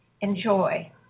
enjoy